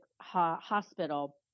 hospital